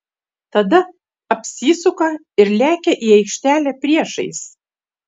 tada apsisuka ir lekia į aikštelę priešais